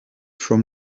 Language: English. from